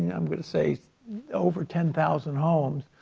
and i'm going to say over ten thousand homes.